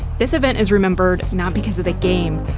this event is remembered not because of the game,